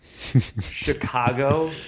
Chicago